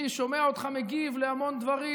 אני שומע אותך מגיב להמון דברים,